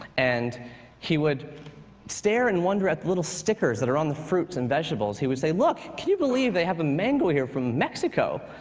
and he would stare in wonder at the little stickers that are on the fruits and vegetables. he would say, look, can you believe they have a mango here from mexico?